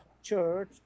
Church